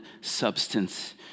substance